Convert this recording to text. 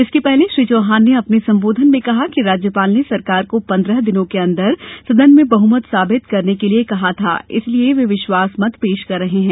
इसके पहले श्री चौहान ने अपने संबोधन में कहा कि राज्यपाल ने सरकार को पंद्रह दिनों के अंदर सदन में बहुमत साबित करने के लिए कहा था इसलिए वे विश्वास मत पेश कर रहे हैं